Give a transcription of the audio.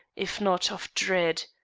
if not of dread.